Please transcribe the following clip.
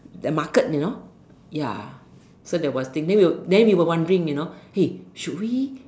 the market you know ya so that was a thing then we will then we were wondering you know hey should we